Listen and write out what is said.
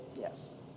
yes